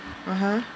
(uh huh)